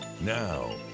Now